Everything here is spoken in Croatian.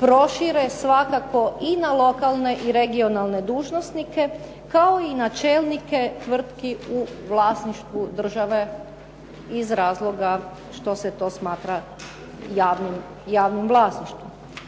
prošire svakako i na lokalne i regionalne dužnosnike, kao i na čelnike tvrtki u vlasništvu države iz razloga što se to smatra javnim vlasništvom.